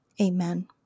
amen